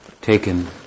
taken